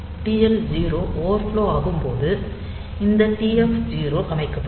TL0 overflow ஆகும்போது இந்த TF0 அமைக்கப்படும்